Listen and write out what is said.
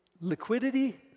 liquidity